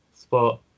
spot